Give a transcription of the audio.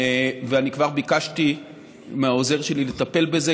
ואני כבר ביקשתי מהעוזר שלי לטפל בזה,